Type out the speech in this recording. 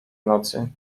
nocy